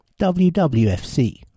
WWFC